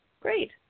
Great